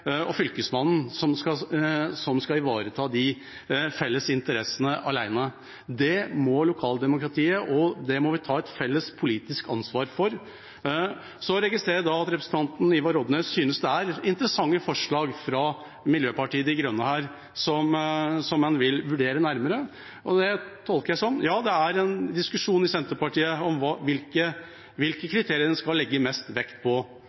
som skal ivareta de felles interessene. Det må lokaldemokratiet gjøre, og det må vi ta et felles politisk ansvar for. Jeg registrerer at representanten Ivar Odnes synes det er interessante forslag fra Miljøpartiet De Grønne, som han vil vurdere nærmere. Det tolker jeg som at det er en diskusjon i Senterpartiet om hvilke kriterier en skal legge mest vekt på.